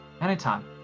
Anytime